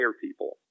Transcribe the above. people